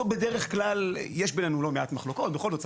בדרך כלל יש בינינו לא מעט מחלוקות בכל זאת,